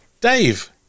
Dave